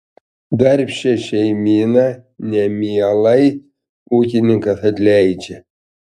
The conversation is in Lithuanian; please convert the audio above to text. darbščią šeimyną nemielai ūkininkas atleidžia